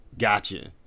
Gotcha